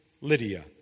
Lydia